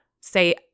say